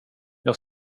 jag